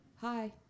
hi